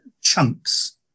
chunks